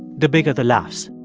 the bigger the laughs